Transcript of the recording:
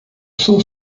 sou